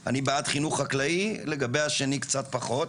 אני בעד חינוך חקלאי, לגבי השני קצת פחות.